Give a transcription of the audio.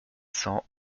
cents